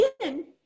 again